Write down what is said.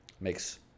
makes